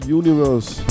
universe